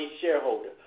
shareholder